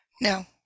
No